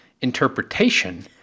interpretation